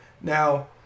Now